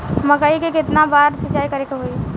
मकई में केतना बार सिंचाई करे के होई?